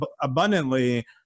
abundantly